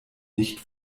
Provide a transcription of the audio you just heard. nicht